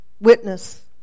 witness